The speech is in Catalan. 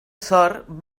sort